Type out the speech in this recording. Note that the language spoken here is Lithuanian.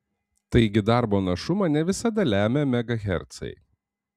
taigi darbo našumą ne visada lemia megahercai